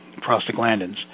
prostaglandins